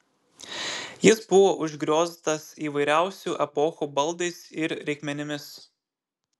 jis buvo užgrioztas įvairiausių epochų baldais ir reikmenimis